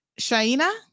Shaina